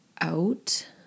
out